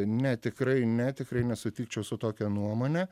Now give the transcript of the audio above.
ne tikrai ne tikrai nesutikčiau su tokia nuomone